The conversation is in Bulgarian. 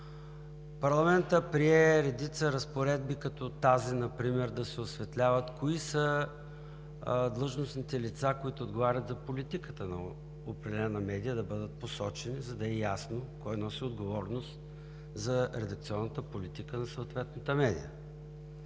парламентът прие редица разпоредби като тази например да се осветляват кои са длъжностните лица, които отговарят за политиката на определена медия, да бъдат посочени, за да е ясно кой носи отговорност за редакционната политика на съответната медия.